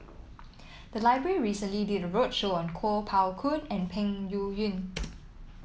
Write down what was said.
the library recently did roadshow on Kuo Pao Kun and Peng Yuyun